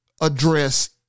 address